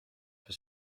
for